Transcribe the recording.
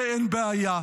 זה אין בעיה.